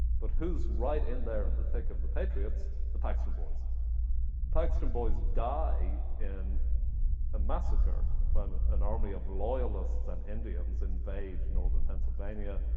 but who's right in there in the thick of the patriots? the paxton boys. the paxton boys die in a massacre when an army of loyalists and indians invade northern pennsylvania.